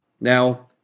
Now